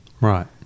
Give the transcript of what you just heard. Right